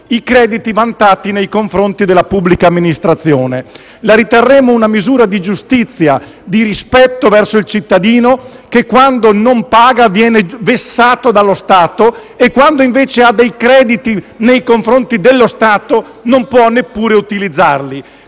i crediti vantati nei confronti della pubblica amministrazione. La riterremmo una misura di giustizia e di rispetto verso il cittadino, che quando non paga viene vessato dallo Stato e quando, invece, ha dei crediti nei suoi confronti, non può neppure utilizzarli.